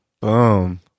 Boom